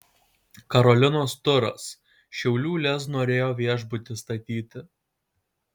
karolinos turas šiaulių lez norėjo viešbutį statyti